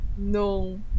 No